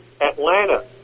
Atlanta